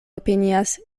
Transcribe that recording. opinias